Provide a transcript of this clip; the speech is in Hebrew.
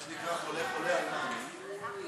מה שנקרא חולה חולה, בבקשה.